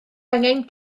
angen